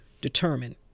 determine